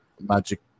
magic